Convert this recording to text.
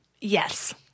Yes